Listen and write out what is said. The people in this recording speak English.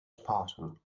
spartan